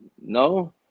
No